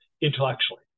intellectually